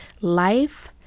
Life